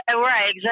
Right